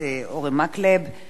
ברגע שזה יתאפשר,